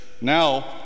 Now